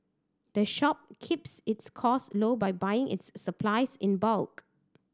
the shop keeps its costs low by buy its supplies in bulk